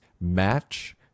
Match